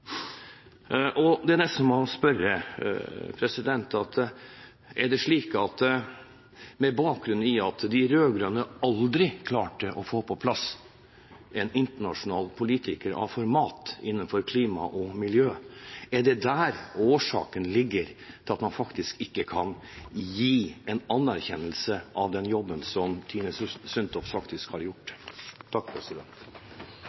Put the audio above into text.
Det er nesten så man må spørre, med bakgrunn i at de rød-grønne aldri klarte å få på plass en internasjonal politiker av format innenfor klima- og miljø: Er det der årsaken ligger til at man ikke kan gi en anerkjennelse av den jobben som Tine Sundtoft faktisk har gjort?